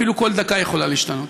אפילו כל דקה היא יכולה להשתנות.